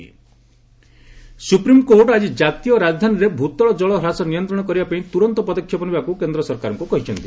SC groundwater Supreme Court ଆଜି ଜାତୀୟ ରାଜଧାନୀରେ ଭୂତଳ ଜଳ ହ୍ରାସ ନିୟନ୍ତ୍ରଣ କରିବାପାଇଁ ତ୍ରରନ୍ତ ପଦକ୍ଷେପ ନେବାକୁ କେନ୍ଦ୍ର ସରକାରଙ୍କ କହିଛନ୍ତି